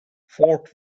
fort